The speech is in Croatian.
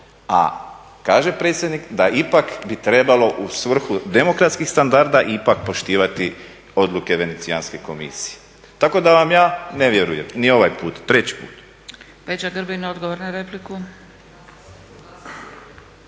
A kaže predsjednik da ipak bi trebalo u svrhu demokratskih standarda ipak poštivati odluke Venecijanske komisije. Tako da vam ja ne vjerujem ni ovaj put, treći put.